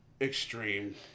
extreme